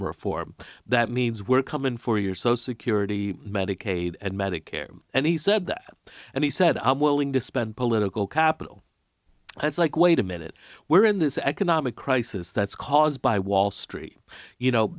reform that means we're coming for your so security medicaid and medicare and he said that and he said i'm willing to spend political capital that's like wait a minute where in this economic crisis that's caused by wall street you know